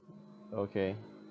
okay